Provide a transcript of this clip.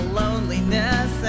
loneliness